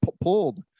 pulled